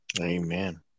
Amen